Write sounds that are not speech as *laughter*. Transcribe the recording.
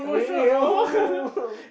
really no *laughs*